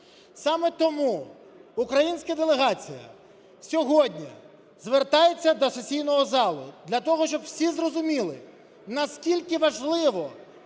Саме тому українська делегація сьогодні звертається до сесійного залу для того, щоб всі зрозуміли, наскільки важливо